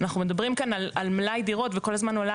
אנחנו מדברים כאן על מלאי דירות וכל הזמן עולה